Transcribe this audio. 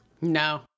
No